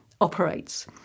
operates